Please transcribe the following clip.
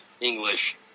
English